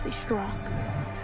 strong